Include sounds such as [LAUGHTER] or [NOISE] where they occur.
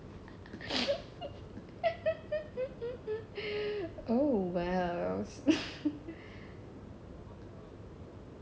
[LAUGHS] oh !wow!